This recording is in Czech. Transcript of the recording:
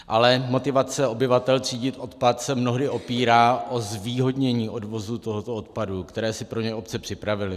Ale motivace obyvatel třídit odpad se mnohdy opírá o zvýhodnění odvozu tohoto odpadu, který si pro ně obce připravily.